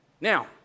Now